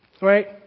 Right